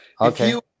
Okay